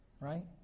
Right